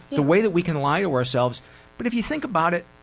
the way that we can lie to ourselves but if you think about it,